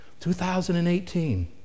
2018